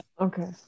okay